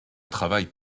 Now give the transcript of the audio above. travail